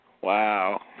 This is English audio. Wow